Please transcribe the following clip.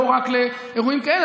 לא רק לאירועים כאלה,